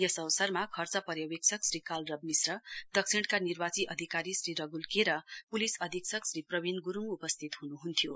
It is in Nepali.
यस अवसरमा खर्च पर्यवेक्षक श्री कालरभ मिक्ष दक्षिणका निर्वाची अधिकारी श्री रगुल के र पूलिस अधीक्षक श्री प्रवीण ग्रूङ उपस्थित हुन्हुन्थ्यो